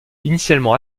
initialement